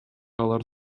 алар